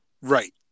Right